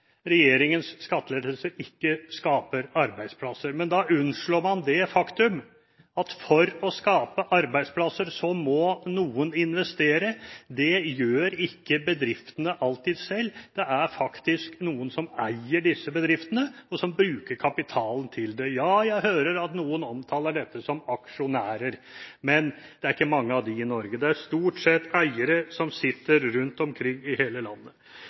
regjeringens skattelettelser ikke skaper arbeidsplasser. Men da unnslår man det faktum at for å skape arbeidsplasser må noen investere. Det gjør ikke bedriftene alltid selv, det er faktisk noen som eier disse bedriftene, og som bruker kapitalen til det. Ja, jeg hører at noen omtaler dette som aksjonærer, men det er ikke mange av dem i Norge. Det er stort sett eiere som sitter rundt omkring i hele landet.